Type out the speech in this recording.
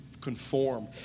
conform